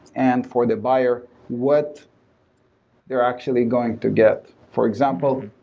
and for the buyer what they're actually going to get. for example,